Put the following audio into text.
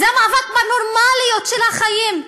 זה מאבק בנורמליות של החיים,